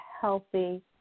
healthy